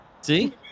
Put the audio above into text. See